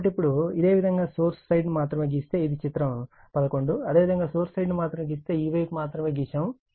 కాబట్టి ఇప్పుడు ఇదే విధంగా సోర్స్ సైడ్ను మాత్రమే గీస్తే ఇది చిత్రం 11 అదేవిధంగా సోర్స్ సైడ్ను మాత్రమే గీస్తే ఈ వైపు మాత్రమే గీశాము